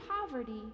poverty